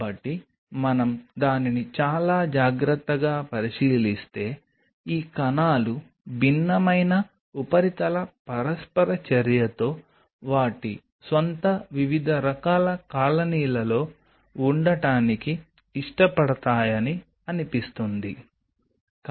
కాబట్టి మనం దానిని చాలా జాగ్రత్తగా పరిశీలిస్తే ఈ కణాలు భిన్నమైన ఉపరితల పరస్పర చర్యతో వాటి స్వంత వివిధ రకాల కాలనీలలో ఉండటానికి ఇష్టపడతాయని అనిపిస్తుంది